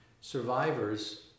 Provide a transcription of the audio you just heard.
survivors